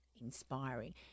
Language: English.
inspiring